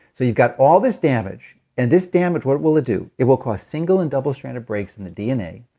you've got all this damage, and this damage, what will it do? it will cause single and double stranded breaks in the dna,